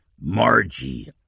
Margie